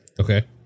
okay